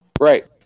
Right